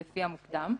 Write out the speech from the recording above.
לפי המוקדם.